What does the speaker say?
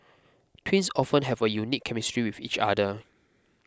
twins often have a unique chemistry with each other